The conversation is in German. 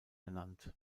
ernannt